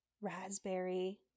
raspberry